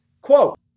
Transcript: quote